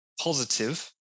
positive